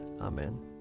Amen